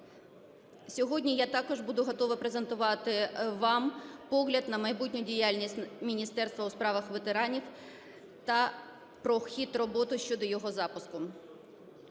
Сьогодні я також буду готова презентувати вам погляд на майбутню діяльність Міністерства у справах ветеранів та про хід роботи щодо його запуску.